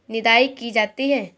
निदाई की जाती है?